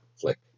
flick